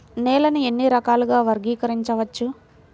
నేలని ఎన్ని రకాలుగా వర్గీకరించవచ్చు?